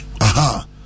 Aha